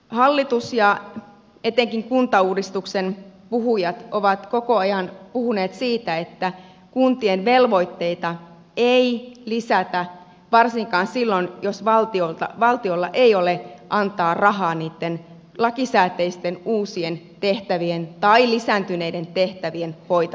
hallitus ja etenkin kuntauudistuksen puhujat ovat koko ajan puhuneet siitä että kuntien velvoitteita ei lisätä varsinkaan silloin jos valtiolla ei ole antaa rahaa niitten lakisääteisten uusien tehtävien tai lisääntyneiden tehtävien hoitamiseksi